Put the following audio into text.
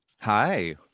Hi